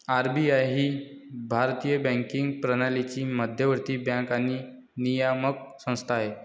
RBI ही भारतीय banking प्रणालीची मध्यवर्ती बँक आणि नियामक संस्था आहे